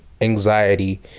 anxiety